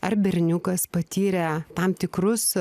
ar berniukas patyrę tam tikrus